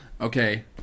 Okay